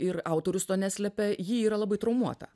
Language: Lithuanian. ir autorius to neslepia ji yra labai traumuota